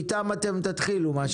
איתם אתם תתחילו.